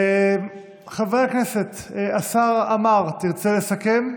חברי הכנסת, השר עמאר, תרצה לסכם?